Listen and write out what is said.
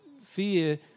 fear